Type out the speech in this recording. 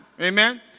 Amen